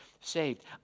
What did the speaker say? saved